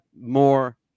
more